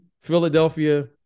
Philadelphia